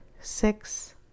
six